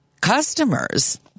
Customers